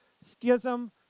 Schism